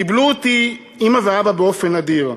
קיבלו אותי אימא ואבא באופן נדיר.